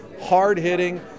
hard-hitting